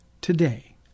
today